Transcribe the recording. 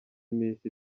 iminsi